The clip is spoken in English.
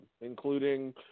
including